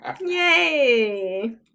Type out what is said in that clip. Yay